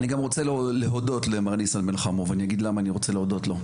אני גם רוצה להודות למר ניסן בן חמו ואני אגיד למה אני רוצה להודות לו,